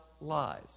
lies